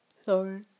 Sorry